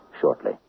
shortly